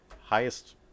highest